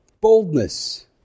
Boldness